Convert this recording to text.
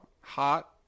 hot